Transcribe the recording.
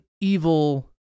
evil